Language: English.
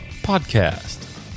podcast